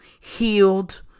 healed